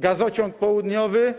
Gazociąg Południowy